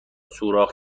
سوراخ